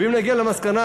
ואם נגיע למסקנה,